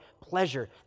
pleasure